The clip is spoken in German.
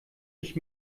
ich